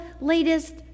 latest